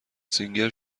سینگر